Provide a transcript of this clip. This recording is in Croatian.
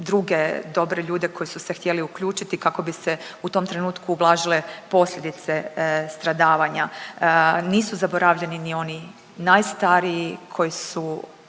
druge dobre ljude koji su se htjeli uključiti kako bi se u tom trenutku ublažile posljedice stradavanja. Nisu zaboravljeni ni oni najstariji koji su